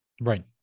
Right